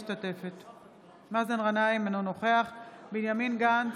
בהצבעה מאזן גנאים, אינו נוכח בנימין גנץ,